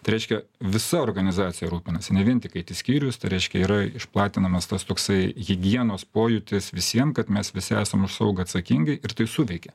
tai reiškia visa organizacija rūpinasi ne vien tik it skyrius tai reiškia yra išplatinamas tas toksai higienos pojūtis visiem kad mes visi esam už saugą atsakingi ir tai suveikė